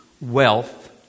wealth